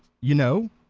you know,